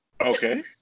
okay